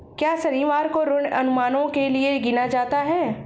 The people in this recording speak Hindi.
क्या शनिवार को ऋण अनुमानों के लिए गिना जाता है?